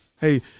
hey